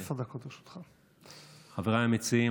חבריי המציעים,